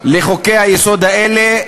לחוקי-היסוד האלה.